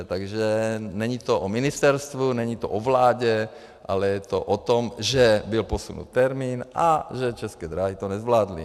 Takže není to o ministerstvu, není to o vládě, ale je to o tom, že byl posunut termín a že České dráhy to nezvládly.